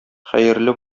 хәерле